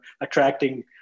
attracting